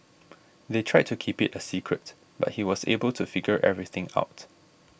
they tried to keep it a secret but he was able to figure everything out